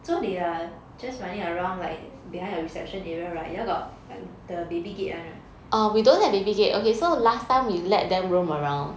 so they are just running around like behind the reception area [right] you got like the baby gate [one] ah